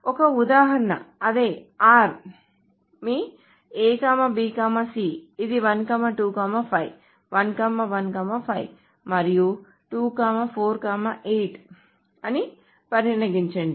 ఒక ఉదాహరణ అదే r మీ A B C ఇది 1 2 5 1 1 5 మరియు 2 4 8 అనిపరిగణించండి